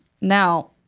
Now